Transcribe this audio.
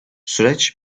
süreç